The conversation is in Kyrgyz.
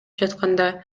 жатканда